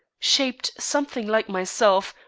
shaped something like myself,